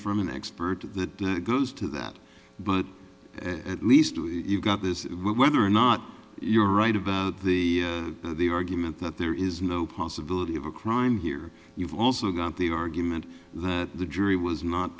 from an expert that goes to that but at least do it you've got this whether or not you're right about the the argument that there is no possibility of a crime here you've also got the argument that the jury was not